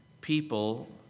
people